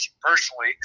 personally